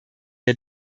der